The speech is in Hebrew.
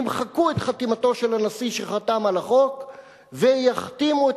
ימחקו את חתימתו של הנשיא שחתם על החוק ויחתימו את